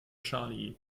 charlie